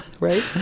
right